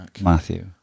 Matthew